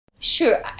Sure